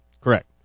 Correct